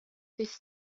this